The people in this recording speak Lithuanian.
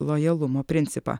lojalumo principą